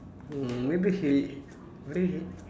mm maybe he maybe